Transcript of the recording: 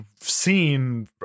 seen